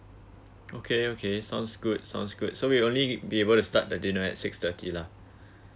okay okay sounds good sounds good so we only be able to start the dinner at six thirty lah